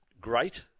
great